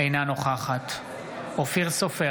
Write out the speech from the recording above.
אינה נוכחת אופיר סופר,